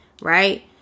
right